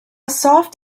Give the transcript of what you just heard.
soft